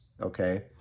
okay